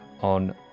on